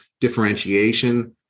differentiation